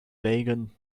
wagon